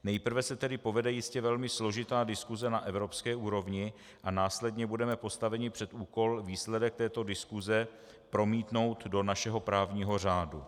Nejprve se tedy povede jistě velmi složitá diskuse na evropské úrovni a následně budeme postaveni před úkol výsledek této diskuse promítnout do našeho právního řádu.